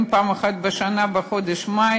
ואף אחד לא העז לעשות כדבר הזה,